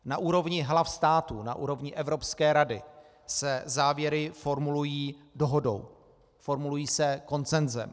Na úrovni hlav států, na úrovni Evropské rady, se závěry formulují dohodou, formulují se konsenzem.